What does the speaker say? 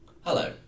Hello